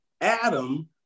Adam